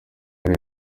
ari